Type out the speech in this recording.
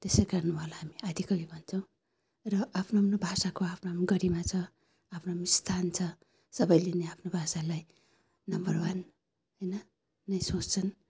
त्यसै कारण उहाँलाई हामी आदिकवि भन्छौँ र आफ्नो आफ्नो भाषाको आफ्नो आफ्नो गरिमा छ आफ्नो आफ्नो स्थान छ सबैले नै आफ्नो भाषालाई नम्बर वान होइन नै सोच्छन्